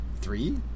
three